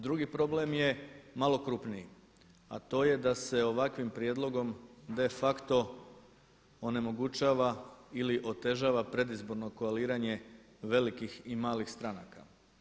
Dragi problem je malo krupniji a to je da se ovakvim prijedlogom de facto onemogućava ili otežava predizborno koaliranje velikih i malih stranaka.